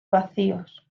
vacíos